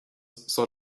saw